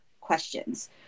questions